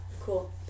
cool